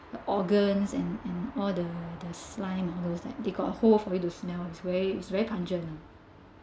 the organs and and all the the the slime ah it's like they got hole for you to smell it's very it's very pungent lah